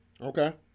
Okay